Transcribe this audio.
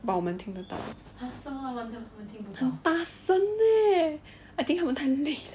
but 我们听得到很大声 leh I think 他们太累了